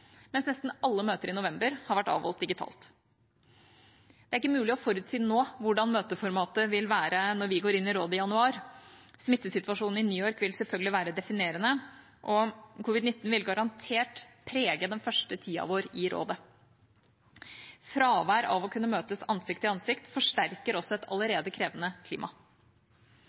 mens nesten alle møter i november har vært avholdt digitalt. Det er ikke mulig å forutsi nå hvordan møteformatet vil være når vi går inn i rådet i januar. Smittesituasjonen i New York vil selvfølgelig være definerende, og covid-19 vil garantert prege den første tida vår i rådet. Fravær av å kunne møtes ansikt til ansikt forsterker også et allerede krevende